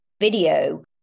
video